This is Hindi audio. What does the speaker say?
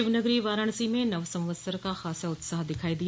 शिवनगरी वाराणसो में नवसंवत्सर का खासा उत्साह दिखायी दिया